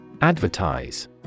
Advertise